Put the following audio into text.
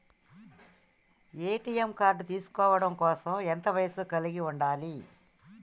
ATM card తీసుకోవడం కోసం ఎంత వయస్సు కలిగి ఉండాలి?